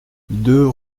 deux